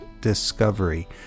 discovery